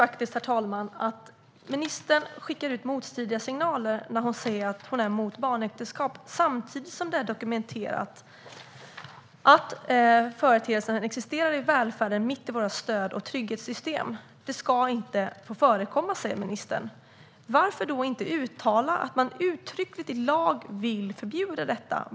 Jag tycker att ministern skickar ut motstridiga signaler när hon säger att hon är emot barnäktenskap samtidigt som det är dokumenterat att företeelsen existerar i välfärden mitt i våra stöd och trygghetssystem. Det ska inte få förekomma, säger ministern. Varför då inte uttala att man uttryckligen i lag vill förbjuda detta?